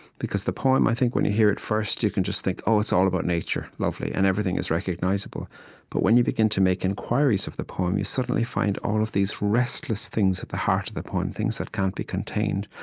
because the poem, when you hear it first, you can just think, oh, it's all about nature. lovely. and everything is recognizable but when you begin to make inquiries of the poem, you suddenly find all of these restless things at the heart of the poem, things that can't be contained.